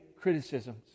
criticisms